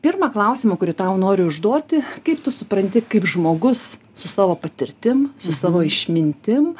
pirmą klausimą kurį tau noriu užduoti kaip tu supranti kaip žmogus su savo patirtim su savo išmintim